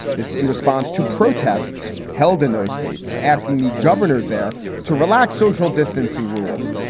this in response to protests held in those states, asking the governors there to relax social distancing rules.